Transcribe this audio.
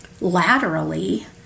laterally